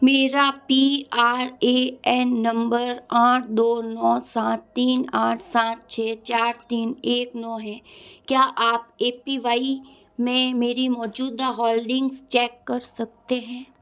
मेरा P R A N number आठ दौ नौ सात तीन आठ सात छः चार तीन एक नौ है क्या आप ए पी वाई में मेरी मौजूदा होल्डिंग्स चेक कर सकते हैं